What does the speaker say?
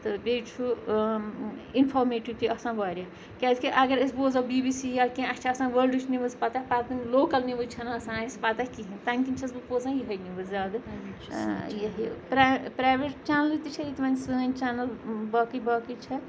تہٕ بیٚیہِ چھُ اِنفارمیٹِو تہِ آسان واریاہ کیازِکہِ اگر أسۍ بوزو بی بی سی یا کیٚنٛہہ اَسہِ چھِ آسان وٲلڈٕچ نِوٕز پَتہ پَتہٕ لوکَل نِوٕز چھَنہٕ آسان اَسہِ پَتہ کِہیٖنۍ تٔمۍ کِنۍ چھَس بہٕ بوزان یِہے نِوٕز زیادٕ پر پرٛیویٹ چَنلہٕ تہِ چھےٚ ییٚتہِ وَنۍ سٲنۍ چَینَل باقٕے باقٕے چھےٚ